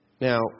Now